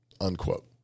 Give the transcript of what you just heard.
unquote